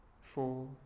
four